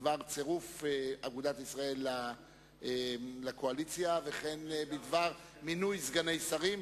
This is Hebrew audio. בדבר צירוף אגודת ישראל לקואליציה וכן בדבר מינוי סגני שרים,